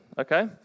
Okay